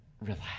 relax